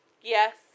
Yes